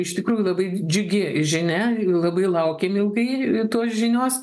iš tikrųjų labai džiugi žinia labai laukėm ilgai tos žinios